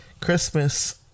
Christmas